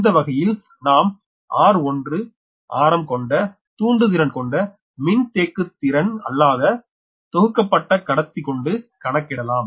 இந்த வகையில் நாம் r1 ஆறாம் கொண்ட தூன்டுதிரன் கொண்ட மின்தேக்குத் திறன் அல்லாத தொகுக்கப்பட்ட கடத்தி கொண்டு கணக்கிடலாம்